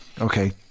Okay